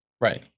Right